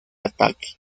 ataque